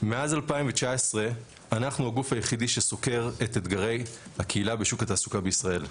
מאז 2019 אנחנו הגוף היחידי שסוקר את אתגרי הקהילה בשוק התעסוקה בישראל.